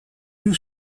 you